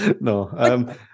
No